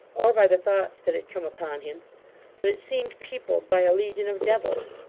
or by the thoughts that had come upon him but it seemed peopled by a legion of devils.